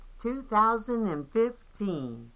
2015